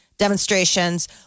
demonstrations